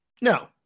No